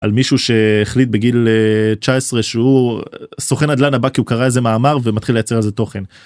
על מישהו שהחליט בגיל 19 שהוא סוכן נדל"ן הבא כי הוא קרא איזה מאמר ומתחיל ליצר על זה תוכן.